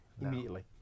immediately